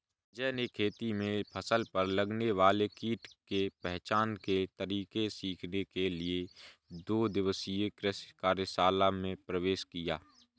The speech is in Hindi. विजय ने खेती में फसल पर लगने वाले कीट के पहचान के तरीके सीखने के लिए दो दिवसीय कृषि कार्यशाला में प्रवेश लिया